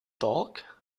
talk